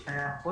כפי שהיה קודם,